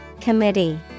Committee